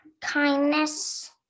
kindness